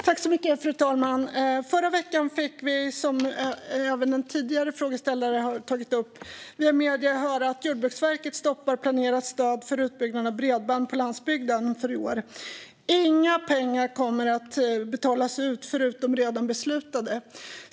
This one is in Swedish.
Fru talman! Förra veckan fick vi, som även en tidigare frågeställare har tagit upp, via medierna höra att Jordbruksverket stoppar planerat stöd för utbyggnad av bredband på landsbygden för i år. Inga pengar kommer att betalas ut, förutom redan beslutade.